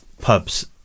pubs